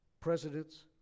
presidents